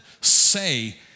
say